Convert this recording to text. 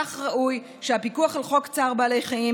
כך ראוי שהפיקוח על חוק צער בעלי החיים